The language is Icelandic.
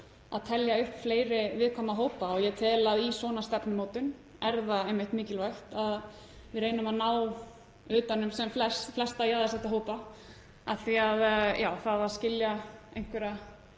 að telja upp fleiri viðkvæma hópa og ég tel að í svona stefnumótun sé það einmitt mikilvægt að við reynum að ná utan um sem flesta jaðarsetta hópa. Það að skilja einhverja